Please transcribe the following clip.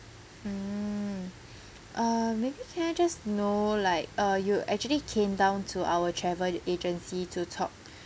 mm uh maybe can I just know like uh you actually came down to our travel the agency to talk